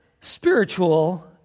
spiritual